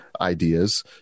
Ideas